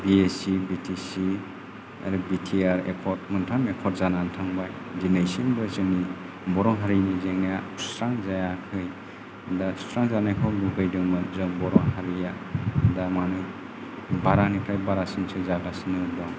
B A C B T C आरो B T R accord मोनथाम accord जानानै थांबाय दिनैसिमबो जोंनि बर' हारिनि जेंनाया सुस्रांजायाखै दा सुस्रांजानायखौ लुगैदोंमोन जों बर' हारिया दा मानो बारानिफ्राय बारासिनसो जागासिनो दं